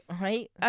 right